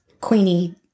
Queenie